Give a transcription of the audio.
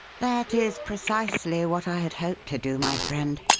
that is precisely what i had hoped to do, my friend,